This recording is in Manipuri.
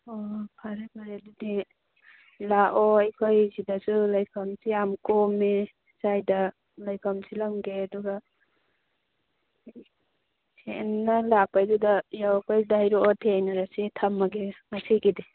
ꯑꯣ ꯐꯔꯦ ꯐꯔꯦ ꯑꯗꯨꯗꯤ ꯂꯥꯛꯑꯣ ꯑꯩꯈꯣꯏ ꯁꯤꯗꯁꯨ ꯂꯩꯐꯝꯁꯨ ꯌꯥꯝ ꯀꯣꯝꯃꯤ ꯁ꯭ꯋꯥꯏꯗ ꯂꯩꯐꯝ ꯁꯤꯜꯂꯝꯒꯦ ꯑꯗꯨꯒ ꯅꯣꯏ ꯂꯥꯛꯄꯩꯗꯨꯗ ꯌꯧꯔꯛꯄꯩꯗ ꯍꯥꯏꯔꯛꯑꯣ ꯊꯦꯡꯅꯔꯁꯤ ꯊꯝꯃꯒꯦ ꯉꯁꯤꯒꯤꯗꯤ